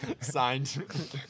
Signed